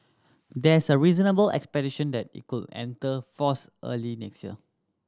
there's a reasonable expectation that it could enter force early next year